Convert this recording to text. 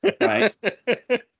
Right